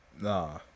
Nah